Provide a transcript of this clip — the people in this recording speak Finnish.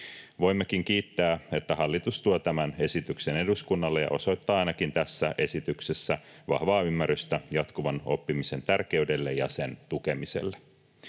Voimmekin kiittää, että hallitus tuo tämän esityksen eduskunnalle ja osoittaa ainakin tässä esityksessä vahvaa ymmärrystä jatkuvan oppimisen tärkeydelle ja sen tukemiselle.